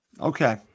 Okay